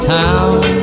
town